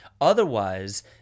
Otherwise